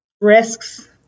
risks